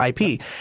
IP